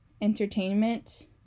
entertainment